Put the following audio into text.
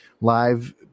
live